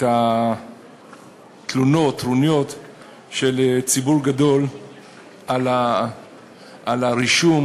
את התלונות, הטרוניות של ציבור גדול על הרישום,